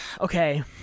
Okay